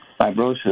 fibrosis